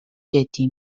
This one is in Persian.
جدی